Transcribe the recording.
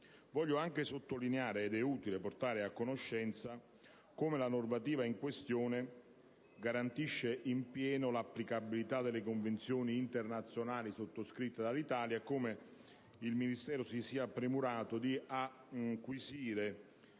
Voglio altresì sottolineare, ed è utile portare di ciò a conoscenza l'Assemblea, come la normativa in questione garantisca in pieno l'applicabilità delle Convenzioni internazionali sottoscritte dall'Italia e come il Ministero si sia premurato di acquisire